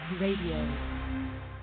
Radio